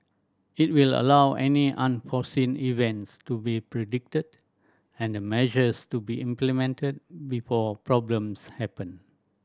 it will allow any unforeseen events to be predicted and the measures to be implemented before problems happen